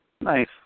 Nice